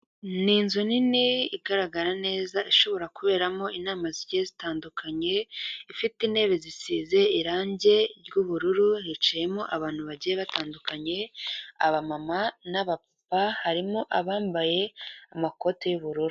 Ni inzu nini igaragara neza ishobora kuberamo inama zigiye zitandukanye, ifite intebe zisize irangi ry'ubururu hicayemo abantu bagiye batandukanye, abamama n'apapa harimo abambaye amakoti y'ubururu.